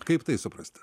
kaip tai suprasti